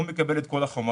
הוא מקבל את כל החומרים.